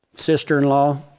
sister-in-law